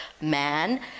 man